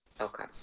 Okay